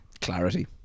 clarity